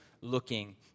looking